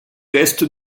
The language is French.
reste